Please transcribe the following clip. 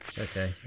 okay